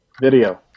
Video